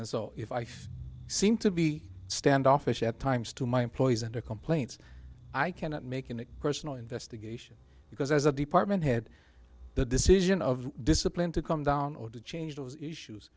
and so if i seem to be standoffish at times to my employees and their complaints i cannot make it personal investigation because as a department head the decision of discipline to come down or to change those issues